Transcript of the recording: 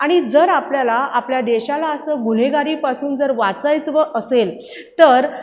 आणि जर आपल्याला आपल्या देशाला असं गुन्हेगारीपासून जर वाचवायचं असेल तर